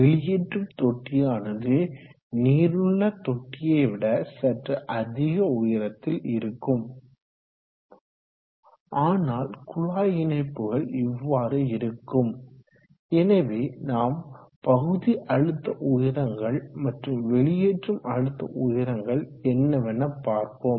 வெளியேற்றும் தொட்டியானது நீர் உள்ள தொட்டியைவிட சற்று அதிக உயரத்தில் இருக்கும் ஆனால் குழாய் இணைப்புகள் இவ்வாறு இருக்கும் எனவே நாம் பகுதி அழுத்த உயரங்கள் மற்றும் வெளியேற்றும் அழுத்த உயரங்கள் என்னவென பார்ப்போம்